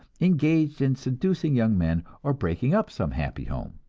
engaged in seducing young men, or breaking up some happy home.